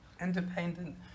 independent